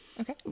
Okay